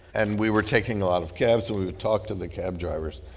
and we were taking a lot of cabs, and we would talk to the cab drivers.